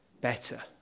better